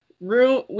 room